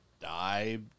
die